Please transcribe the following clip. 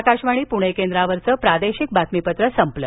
आकाशवाणी पुणे केंद्रावरचं प्रादेशिक बातमीपत्र संपलं